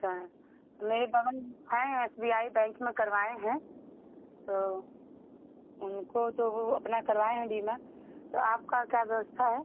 हाँ मेरे बहन हैं एस बी आई बैंक में करवाए हैं तो उनको तो अपना वो करवाए हैं बीमा तो आपका क्या व्यवस्था है